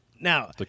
Now